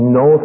no